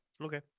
Okay